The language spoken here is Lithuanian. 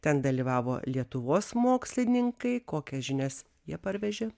ten dalyvavo lietuvos mokslininkai kokias žinias jie parvežė